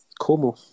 Como